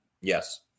Yes